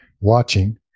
watching